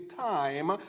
time